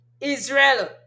Israel